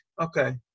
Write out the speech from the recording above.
Okay